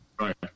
Right